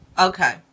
Okay